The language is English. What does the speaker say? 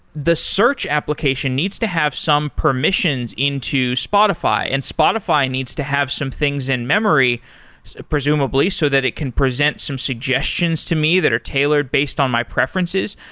the search application needs to have some permissions into spotify, and spotify needs to have some things in memory presumably, so that it can present some suggestions to me that are tailored based on my preferences.